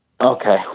Okay